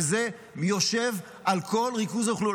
וזה יושב על כל ריכוז האוכלוסייה,